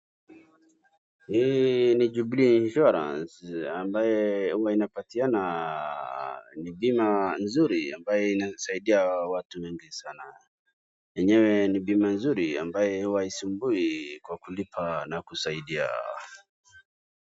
Hii ni Jubilee Insurance ambaye huwa inapatiana, ni bima nzuri ambayo inaweza saidia watu wengi sana. Enyewe ni bima nzuri ambayo huwa haisumbui kwa kulipa na kusaidia.